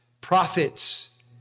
prophets